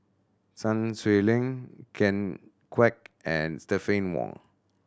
Sun Xueling Ken Kwek and Stephanie Wong